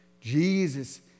Jesus